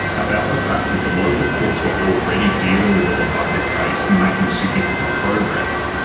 about the fact that the local courts were already dealing with the lubanga case and making significant progress,